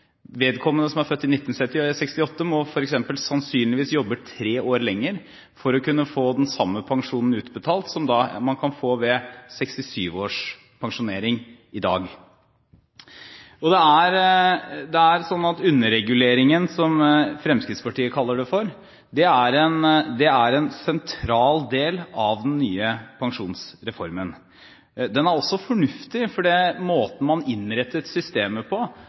Vedkommende, som er født i 1978, må f.eks. sannsynligvis jobbe tre år lenger for å få den samme pensjonen utbetalt som man kan få ved 67-års pensjonering i dag. Det er slik at underreguleringen, som Fremskrittspartiet kaller det, er en sentral del av den nye pensjonsreformen. Den er også fornuftig, fordi måten man innrettet systemet på,